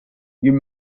you